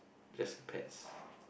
just pets